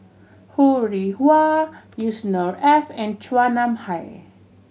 Ho Rih Hwa Yusnor Ef and Chua Nam Hai